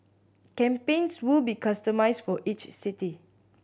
campaigns will be customised for each city